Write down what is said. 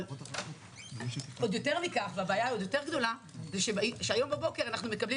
אבל עוד יותר מכך הבעיה הגדולה יותר היא שהבוקר אנחנו מקבלים